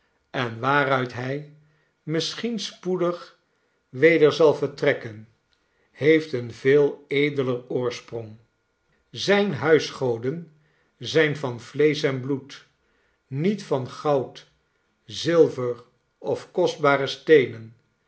en waaruit hij misschien spoedig weder zal vertrekken heeft een veel edeler oorsprong zijne huisgoden zijn van vleesch en bloed niet van goud zilver of kostbare steenen